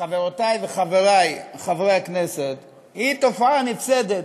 חברותי וחברי חברי הכנסת, היא תופעה נפסדת.